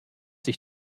sich